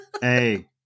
hey